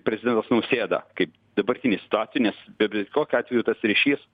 prezidentas nausėda kaip dabartinėj situacijoj nes bet kokiu atveju tas ryšys